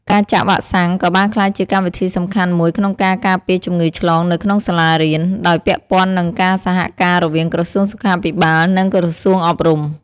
ការចាក់វ៉ាក់សាំងក៏បានក្លាយជាកម្មវិធីសំខាន់មួយក្នុងការការពារជំងឺឆ្លងនៅក្នុងសាលារៀន ដោយពាក់ព័ន្ធនឹងការសហការរវាងក្រសួងសុខាភិបាល និងក្រសួងអប់រំ។